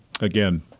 again